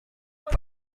will